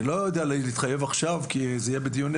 אני לא יודע להתחייב עכשיו כי זה יהיה בדיוני